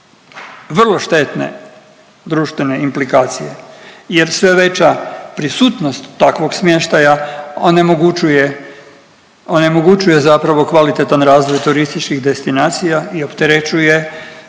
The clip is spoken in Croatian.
vrlo štetne društvene implikacije jer sve veća prisutnost takvog smještaja onemogućuje, onemogućuje zapravo kvalitetan razvoj turističkih destinacija i opterećuje